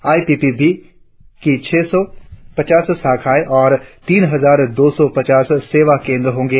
आई P P B की छह सौ पचास शाखाए और तीन हजार दो सौ पचास सेवा केंद्र होंगे